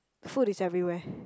food is everywhere